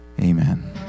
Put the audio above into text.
Amen